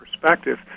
perspective